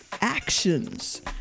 actions